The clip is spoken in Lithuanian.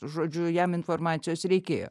žodžiu jam informacijos reikėjo